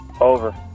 Over